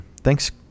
Thanks